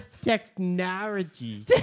Technology